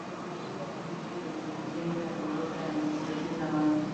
Mazingira ya mji yenye majengo ya ghorofa yanajitokeza wazi.